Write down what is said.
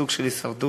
סוג של הישרדות,